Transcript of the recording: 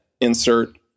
insert